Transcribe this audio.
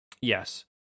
Yes